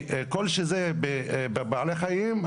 כל שזה בבעלי חיים,